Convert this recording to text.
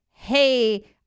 hey